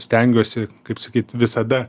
stengiuosi kaip sakyt visada